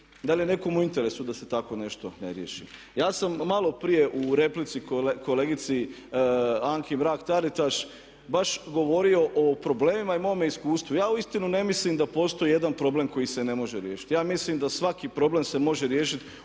da li je nekom u interesu da se takvo nešto ne riješi. Ja sam maloprije u replici kolegici Anki Mrak-Taritaš baš govorio o problemima i mome iskustvu. Ja uistinu ne mislim da postoji jedan problem koji se ne može riješiti. Ja mislim da svaki problem se može riješiti